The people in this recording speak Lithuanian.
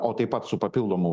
o taip pat su papildomu